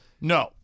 No